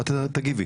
את תגיבי.